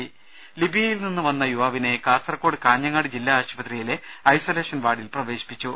ദേദ ലിബിയയിൽ നിന്ന് വന്ന യുവാവിനെ കാസർകോട് കാഞ്ഞങ്ങാട് ജില്ലാ ആശുപത്രിയിലെ ഐസൊലേഷൻ വാർഡിൽ പ്രവേശിപ്പിച്ചു